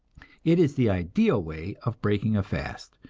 it is the ideal way of breaking a fast,